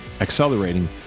accelerating